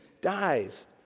dies